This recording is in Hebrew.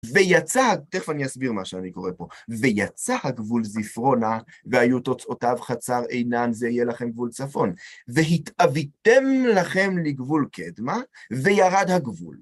ויצא, תכף אני אסביר מה שאני קורא פה, ויצא הגבול זפרונה, והיו תוצאותיו חצר אינן, זה יהיה לכם גבול צפון. והתאביתם לכם לגבול קדמה, וירד הגבול.